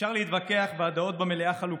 אפשר להתווכח, והדעות במליאה חלוקות,